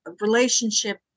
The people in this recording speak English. relationship